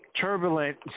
turbulent